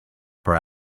per